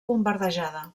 bombardejada